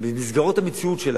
במסגרות המציאות שלנו.